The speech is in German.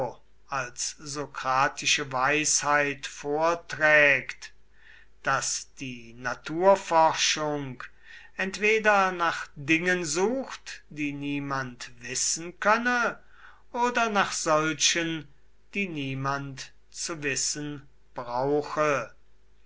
als sokratische weisheit vorträgt daß die naturforschung entweder nach dingen sucht die niemand wissen könne oder nach solchen die niemand zu wissen brauche